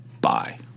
Bye